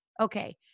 Okay